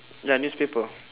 ya newspaper